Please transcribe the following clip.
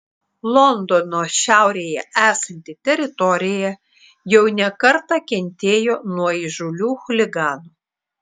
londono šiaurėje esanti teritorija jau ne kartą kentėjo nuo įžūlių chuliganų